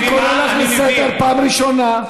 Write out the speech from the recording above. אני קורא אותך לסדר פעם ראשונה.